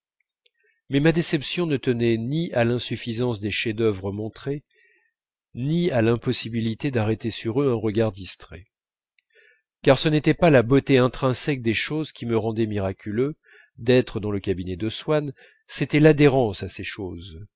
mais ma déception ne tenait ni à l'insuffisance des chefs-d'œuvre montrés ni à l'impossibilité d'arrêter sur eux un regard distrait car ce n'était pas la beauté intrinsèque des choses qui me rendait miraculeux d'être dans le cabinet de swann c'était l'adhérence à ces choses